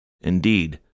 Indeed